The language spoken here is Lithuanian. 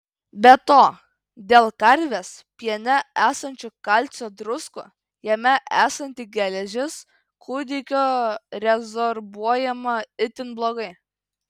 be to dėl karvės piene esančių kalcio druskų jame esanti geležis kūdikio rezorbuojama itin blogai